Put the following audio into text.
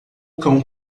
cão